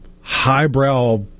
highbrow